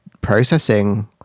processing